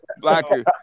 Blacker